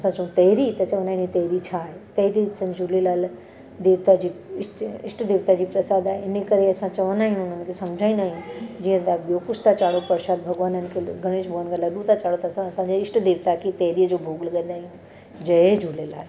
असां चऊं तैरी त चवंदा आहिनि हीउ तैरी छा आहे तैरी साईं झूलेलाल देवताजी इष्ट इष्टदेवताजी प्रसादु आहे इनकरे असां चवंदायूं उन्हनि खे सम्झाईंदा आहियूं जीअं तव्हां ॿियो कुझु था चाढ़ियो परशादु भॻवाननि खे गणेश भॻवान खे लॾूं था चाढ़ियो त असां असांजे इष्टदेवता खे तैरीअ जो भोॻु लॻाईंदा आहियूं जय झूलेलाल